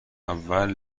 اول